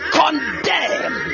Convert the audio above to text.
condemn